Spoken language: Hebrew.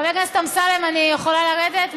חבר הכנסת אמסלם, אני יכולה לרדת?